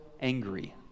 angry